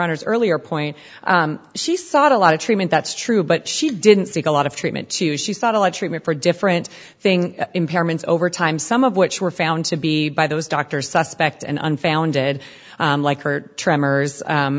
honor's earlier point she sought a lot of treatment that's true but she didn't seek a lot of treatment too she thought of the treatment for a different thing impairments over time some of which were found to be by those doctors suspect and unfounded like her tremors